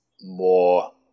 more